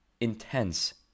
intense